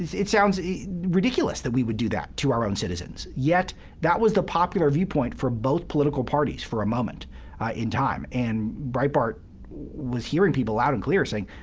it sounds ridiculous that we would do that to our own citizens. yet that was the popular viewpoint for both political parties for a moment in time. and breitbart was hearing people loud and clear, saying,